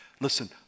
Listen